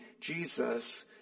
Jesus